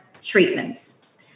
treatments